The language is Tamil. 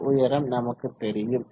இந்த உயரம் நமக்கு தெரியும்